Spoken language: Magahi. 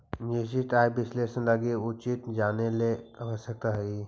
निश्चित आय विश्लेषण लगी कउची जानेला आवश्यक हइ?